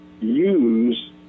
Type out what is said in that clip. use